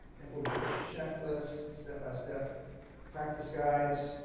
implementation check list, step-by-step practice guides,